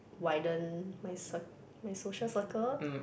widen my cir~ my social circle